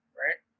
right